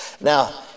Now